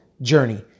journey